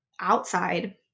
outside